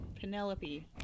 Penelope